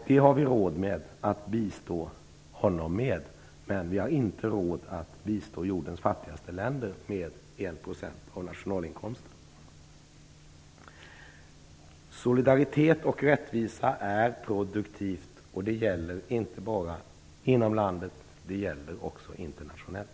Det har vi råd att bistå honom med, men vi har inte råd att bistå jordens fattigaste länder med 1 % av nationalinkomsten. Solidaritet och rättvisa är produktivt, och det gäller inte bara inom landet. Det gäller också internationellt.